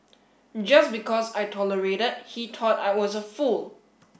just because I tolerated he thought I was a fool